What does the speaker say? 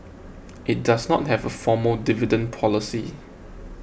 it does not have a formal dividend policy